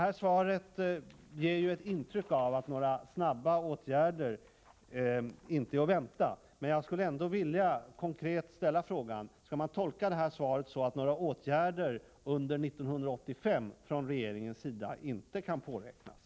Frågesvaret ger ett intryck av att några snabba åtgärder inte är att vänta, men jag skulle ändå vilja konkret ställa frågan: Skall man tolka svaret så, att några åtgärder från regeringens sida under 1985 inte kan påräknas?